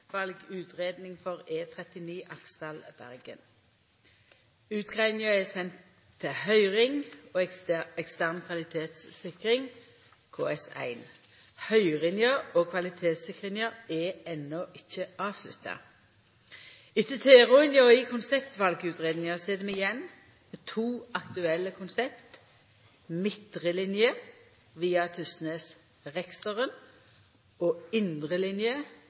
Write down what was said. for E39 Aksdal–Bergen. Utgreiinga er send til høyring og ekstern kvalitetssikring, KS1. Høyringa og kvalitetssikringa er enno ikkje avslutta. Etter tilrådinga i konseptutvalutgreiinga sit vi att med to aktuelle konsept: midtre linje via Tysnes/Reksteren og indre linje